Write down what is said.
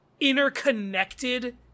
interconnected